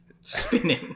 spinning